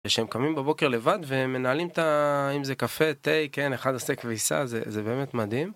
וכשהם קמים בבוקר לבד ומנהלים את האם זה קפה תה כן אחד עושה כביסה זה באמת מדהים.